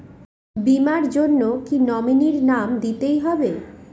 বীমার জন্য কি নমিনীর নাম দিতেই হবে?